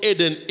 Eden